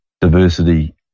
diversity